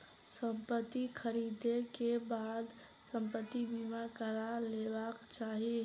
संपत्ति ख़रीदै के बाद संपत्ति बीमा करा लेबाक चाही